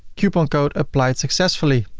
coupon code applied successfully.